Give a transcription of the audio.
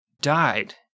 died